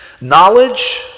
Knowledge